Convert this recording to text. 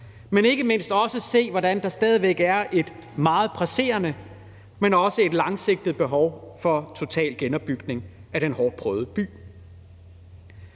men ikke mindst også at se, hvordan der stadig væk er et meget presserende, men også langsigtet behov for total genopbygning af den hårdtprøvede by.